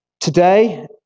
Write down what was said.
Today